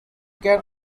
can